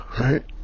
right